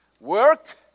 work